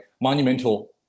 Monumental